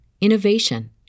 innovation